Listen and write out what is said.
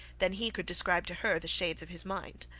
than he could describe to her the shades of his mind.